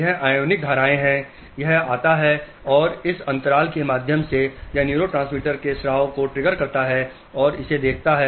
यह IONIC धाराएं हैं यह आता है और इस अंतराल के माध्यम से इन न्यूरोट्रांसमीटर के स्राव को ट्रिगर करता है और इसे देखता है